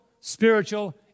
spiritual